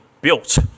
built